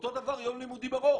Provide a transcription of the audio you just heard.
אותו דבר יום לימודים ארוך.